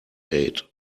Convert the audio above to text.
eight